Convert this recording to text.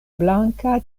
blanka